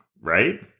right